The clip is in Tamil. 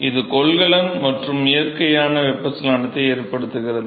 இந்த கொள்கலன் மற்றும் இயற்கையான வெப்பச்சலனத்தை ஏற்படுத்துகிறது